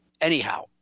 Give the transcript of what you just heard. anyhow